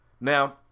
now